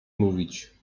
mówić